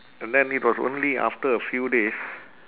and then it was only after a few days